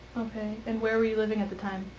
okay. and where were you living at the time,